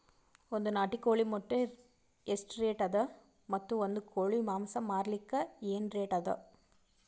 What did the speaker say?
ಒಂದ್ ನಾಟಿ ಕೋಳಿ ಮೊಟ್ಟೆ ಎಷ್ಟ ರೇಟ್ ಅದ ಮತ್ತು ಒಂದ್ ಕೋಳಿ ಮಾಂಸ ಮಾರಲಿಕ ಏನ ರೇಟ್ ಅದ?